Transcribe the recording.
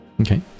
Okay